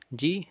جی